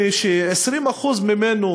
אקדמי ש-20% ממנו